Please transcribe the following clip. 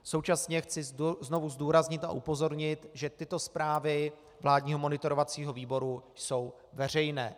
Současně chci znovu zdůraznit a upozornit, že tyto zprávy vládního monitorovacího výboru jsou veřejné.